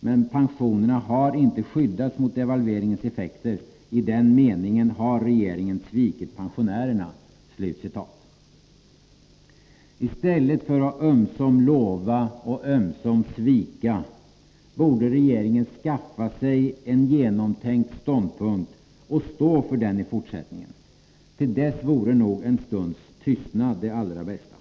Men pensionerna har inte skyddats mot devalveringens effekter. I den meningen har regeringen svikit pensionärerna.” I stället för att ömsom lova och ömsom svika borde regeringen skaffa sig en genomtänkt ståndpunkt och stå för den i fortsättningen. Till dess vore nog tystnad det allra bästa.